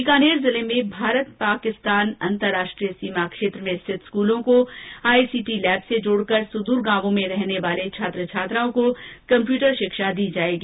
बीकानेर जिले में भारत पाकिस्तान अंतरराष्ट्रीय सीमा क्षेत्र में स्थित स्कूलों को आईसीटी लैब से जोड़कर सुदूर गांव में रहने वाले छात्र छात्राओं को कम्प्यूटर शिक्षा से जोड़ा जाएगा